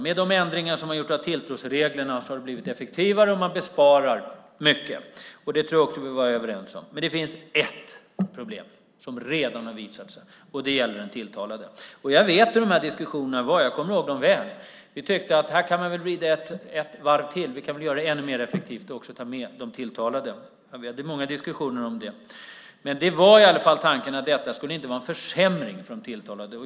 Med de ändringar som har gjorts av tilltrosreglerna har det blivit effektivare och man sparar mycket tid, vilket jag tror att vi är överens om. Det finns dock ett problem som redan har visat sig. Det gäller den tilltalade. Jag vet hur diskussionerna var; jag kommer ihåg dem väl. Vi tyckte att vi kunde vrida ett varv till och göra det ännu mer effektivt och också ta med de tilltalade. Vi hade många diskussioner om det. Tanken var att detta inte skulle vara någon försämring för den tilltalade.